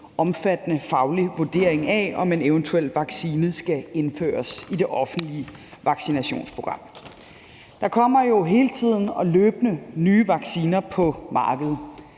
omfattende faglig vurdering af, om en eventuel vaccine skal indføres i det offentlige vaccinationsprogram. Der kommer jo hele tiden og løbende nye vacciner på markedet;